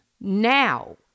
Now